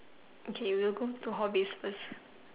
okay we will go to hobbies first